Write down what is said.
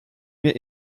mir